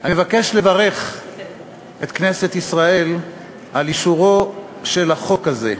אני מבקש לברך את כנסת ישראל על אישורו של החוק הזה,